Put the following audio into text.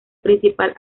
principal